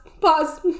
pause